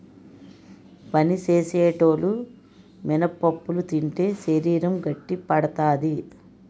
పని సేసేటోలు మినపప్పులు తింటే శరీరం గట్టిపడతాది